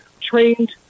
trained